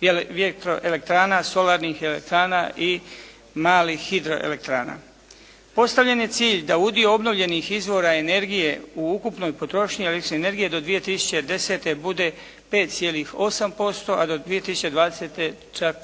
vjetroelektrana, solarnih elektrana i malih hidroelektrana. Postavljen je cilj da udio obnovljenih izvora energije u ukupnoj potrošnji električne energije do 2010. bude 5,5, a do 2020. čak